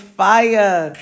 fire